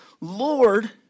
Lord